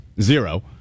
Zero